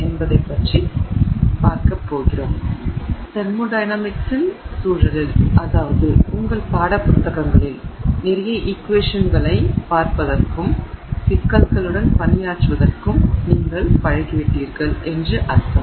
எனவே தெர்மோடையனமிக்ஸின் சூழலில் அதாவது உங்கள் பாடப்புத்தகங்களில் நிறைய ஈக்வேஷன்களைப் பார்ப்பதற்கும் சிக்கல்களுடன் பணியாற்றுவதற்கும் நீங்கள் பழகிவிட்டீர்கள் என்று அர்த்தம்